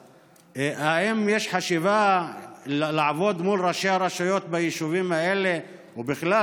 האם יש חשיבה לעבוד מול ראשי הרשויות ביישובים האלה או בכלל,